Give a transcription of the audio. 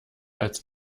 als